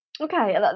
Okay